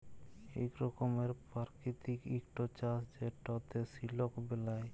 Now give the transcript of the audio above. ইক রকমের পারকিতিক ইকট চাষ যেটতে সিলক বেলায়